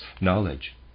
knowledge